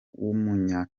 umunya